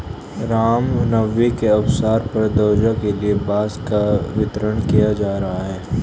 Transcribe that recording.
राम नवमी के अवसर पर ध्वजा के लिए बांस का वितरण किया जा रहा है